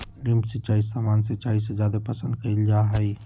drip सिंचाई सामान्य सिंचाई से जादे पसंद कईल जा हई